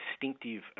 distinctive